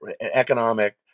economic